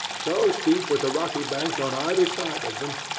so steep were the rocky banks on either side of them,